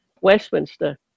Westminster